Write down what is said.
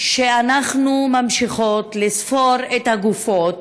שאנחנו ממשיכות לספור את הגופות,